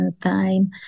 time